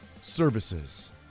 services